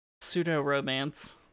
pseudo-romance